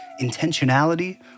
intentionality